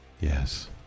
Yes